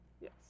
Yes